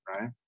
right